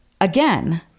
again